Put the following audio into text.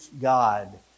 God